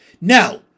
Now